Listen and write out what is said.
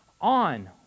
on